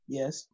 yes